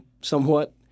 somewhat